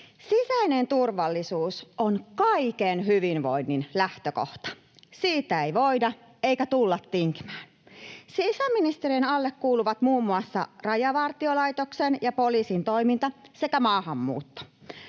Sisäinen turvallisuus on kaiken hyvinvoinnin lähtökohta. Siitä ei voida eikä tulla tinkimään. Sisäministeriön alle kuuluvat muun muassa Rajavartiolaitoksen ja poliisin toiminta sekä maahanmuutto.